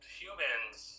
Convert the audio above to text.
humans